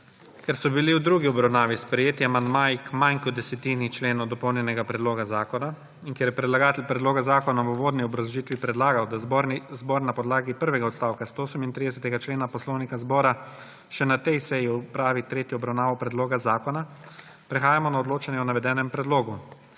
Ker so bili v drugi obravnavi sprejeti amandmaji k manj kot desetini členov dopolnjenega predloga zakona in ker je predlagatelj predloga zakona v uvodni obrazložitvi predlagal, da zbor na podlagi prvega odstavka 138. člena Poslovnika Državnega zbora še na tej seji opravi tretjo obravnavo predloga zakona. Prehajamo na odločanje o navedenem predlogu.